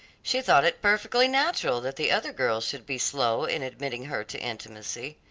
she thought it perfectly natural that the other girls should be slow in admitting her to intimacy.